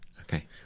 Okay